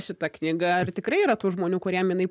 šita knyga ar tikrai yra tų žmonių kuriem jinai